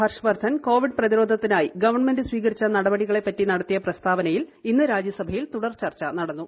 Harsh Vardhan COVID പ്രതിരോധത്തിനായി government സ്വീകരിച്ച നടപടികളെപ്പറ്റി നടത്തിയ പ്രസ്താവനയിൽ ഇന്ന് രാജ്യസഭയിൽ തുടർ ചർച്ച നടന്നു